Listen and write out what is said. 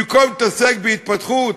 במקום להתעסק בהתפתחות,